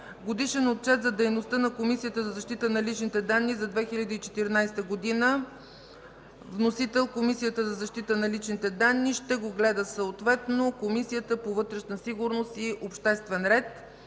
Годишен отчет за дейността на Комисията за защита на личните данни за 2014 г. Вносител – Комисията за защита на личните данни. Ще го гледа Комисията по вътрешна сигурност и обществен ред.